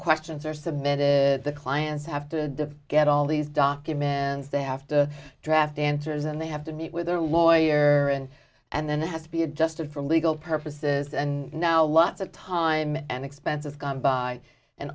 questions are submitted the clients have to get all these documents they have to draft enters and they have to meet with their lawyer and and then it has to be adjusted for legal purposes and now lots of time and expense is gone by and